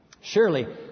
Surely